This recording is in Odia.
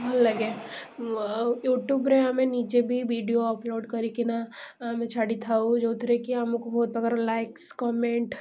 ଭଲ ଲାଗେ ଆଉ ୟୁଟ୍ୟୁବ୍ରେ ଆମେ ନିଜେ ବି ଭିଡ଼ିଓ ଅପଲୋଡ଼୍ କରିକିନା ଆମେ ଛାଡ଼ିଥାଉ ଯେଉଁଥିରେ କି ଆମକୁ ବହୁତ ପ୍ରକାର ଲାଇକ୍ସ କମେଣ୍ଟ